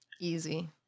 Easy